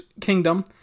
Kingdom